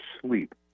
sleep